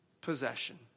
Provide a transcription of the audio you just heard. possession